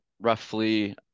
roughly